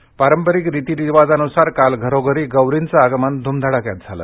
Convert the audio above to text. गौरी पारंपरिक रीतिरिवाजानुसार काल घरोघरी गौरीचं आगमन ध्मधडाक्यात झालं